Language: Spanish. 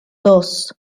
dos